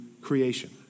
creation